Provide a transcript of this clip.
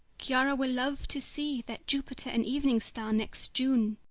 chiara will love to see that jupiter an evening-star next june.